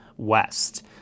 west